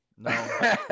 No